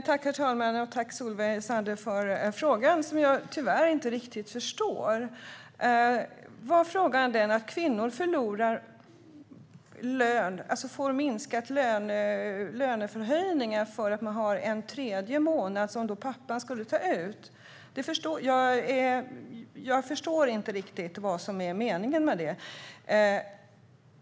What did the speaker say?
Herr talman! Jag tackar Solveig Zander för frågan, som jag tyvärr inte riktigt förstår. Menar Solveig Zander att kvinnor får minskade löneförhöjningar för att man har en tredje månad som pappan ska ta ut? Jag förstår inte riktigt meningen.